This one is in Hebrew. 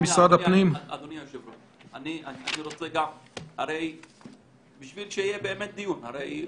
אדוני היושב-ראש, הרי בשביל שיהיה באמת דיון יש